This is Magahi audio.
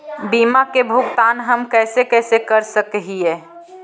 बीमा के भुगतान हम कैसे कैसे कर सक हिय?